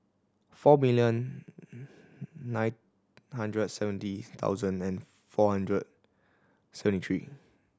four million nine hundred and seventy thousand four hundred seventy three